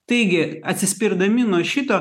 taigi atsispirdami nuo šito